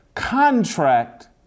contract